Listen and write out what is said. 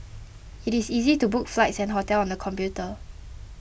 it is easy to book flights and hotels on the computer